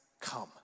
come